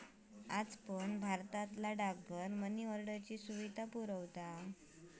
आज पण भारतातले डाकघर मनी ऑर्डरची सुविधा पुरवतत